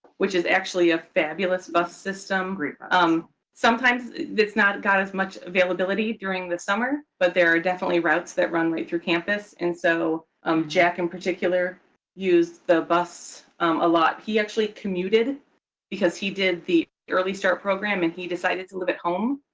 which is actually a fabulous bus system. um sometimes it's not got as much availability during the summer. but there are definitely routes that run right through campus. and so um jack in particular used the bus a lot. he actually commuted because he did the early start program, and he decided to live at home